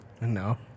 no